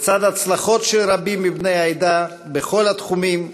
לצד הצלחות של רבים מבני העדה, בכל התחומים,